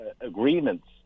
agreements